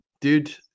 Dude